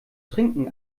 trinken